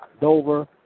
Dover